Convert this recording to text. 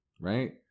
right